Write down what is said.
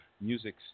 music